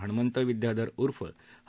हणमंत विद्याधक उर्फ ह